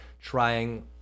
trying